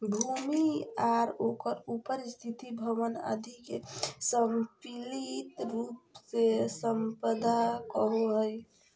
भूमि आर ओकर उपर स्थित भवन आदि के सम्मिलित रूप से सम्पदा कहो हइ